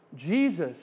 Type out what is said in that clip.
Jesus